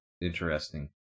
interesting